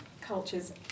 cultures